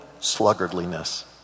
sluggardliness